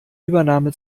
übernahme